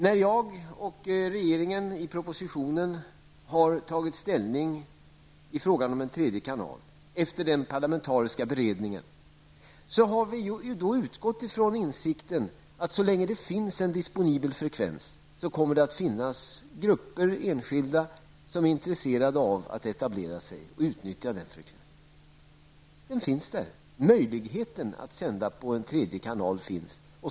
När jag och regeringen i propositionen har tagit ställning i frågan om en tredje kanal efter den parlamentariska beredningen har vi utgått ifrån insikten att så länge det finns en disponibel frekvens kommer det att finnas grupper och enskilda som är intresserade av att etablera sig och utnyttja den frekvensen. Möjligheten att sända på en tredje kanal finns.